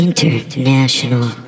International